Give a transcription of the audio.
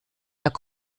herr